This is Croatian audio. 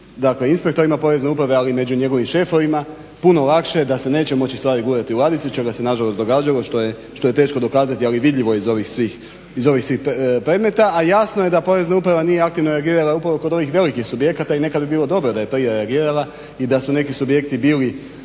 dakle inspektorima Porezne uprave ali i među njegovim šefovima puno lakše da se neće moći stvari gurati u ladicu čega se nažalost događalo što je teško dokazati ali vidljivo je iz ovih svih predmeta. A jasno je da Porezna uprava nije aktivno reagirali kod ovih velikih subjekata i nekada bi bilo dobro da prije reagirala i da su neki subjekti bili